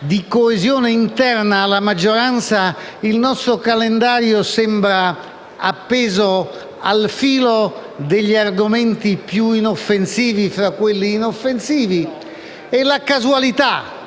di coesione interna alla maggioranza, il nostro calendario sembra appeso al filo degli argomenti più inoffensivi tra quelli inoffensivi e la casualità,